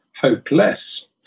hopeless